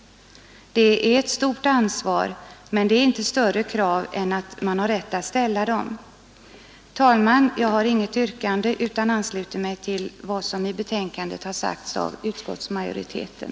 Det är ett stort ansvar, men det är inte större krav än att man har rätt att ställa dem. Herr talman! Jag har inget yrkande utan ansluter mig till vad som i betänkandet sagts av utskottsmajoriteten.